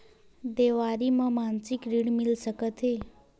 देवारी म मासिक ऋण मिल सकत हे?